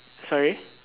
sorry